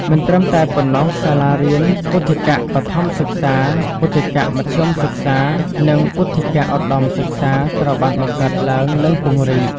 មិនត្រឹមតែប៉ុណ្ណោះ សាលារៀនពុទ្ធិកបឋមសិក្សា ពុទ្ធិកមធ្យមសិក្សា និងពុទ្ធិកឧត្តមសិក្សាត្រូវបានបង្កើតឡើង និងពង្រីក។